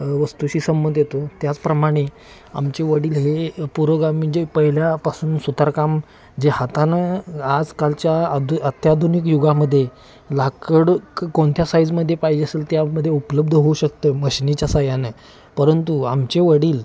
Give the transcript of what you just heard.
वस्तूशी संबध येतो त्याचप्रमाणे आमचे वडील हे पुरोगामी जे पहिल्यापासून सुतारकाम जे हातानं आजकालच्या आदु अत्याधुनिक युगामध्ये लाकूड कोणत्या साईजमध्ये पाहिजे असेल त्यामध्ये उपलब्ध होऊ शकतं मशनीच्या साह्यानं परंतु आमचे वडील